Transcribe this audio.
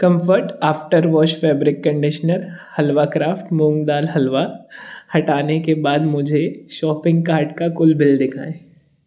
comfort after wash fabric conditioner और halwa craft मूँग दाल हलवा हटाने के बाद मुझे मेरे शॉपिंग कार्ट का कुल बिल दिखाएँ